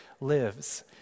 lives